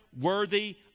worthy